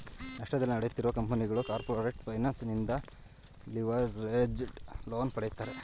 ನಷ್ಟದಲ್ಲಿ ನಡೆಯುತ್ತಿರುವ ಕಂಪನಿಗಳು ಕಾರ್ಪೊರೇಟ್ ಫೈನಾನ್ಸ್ ನಿಂದ ಲಿವರೇಜ್ಡ್ ಲೋನ್ ಪಡೆಯುತ್ತಾರೆ